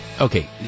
okay